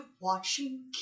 watching